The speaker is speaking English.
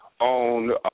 on